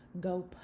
go